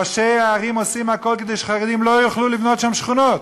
ראשי הערים עושים הכול כדי שחרדים לא יוכלו לבנות שם שכונות,